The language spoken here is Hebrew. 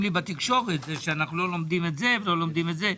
לי בתקשורת על כך שאנחנו לא לומדים את זה ולא לומדים את זה.